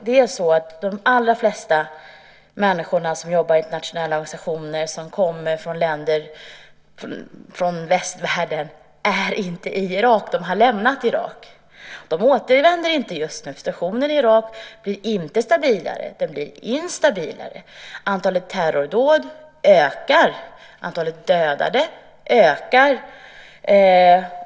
De allra flesta människor som jobbar i internationella organisationer, som kommer från länder i västvärlden, är inte i Irak. De har lämnat Irak. De återvänder inte just nu. Situationen i Irak blir inte stabilare. Den blir instabilare. Antalet terrordåd ökar. Antalet dödade ökar.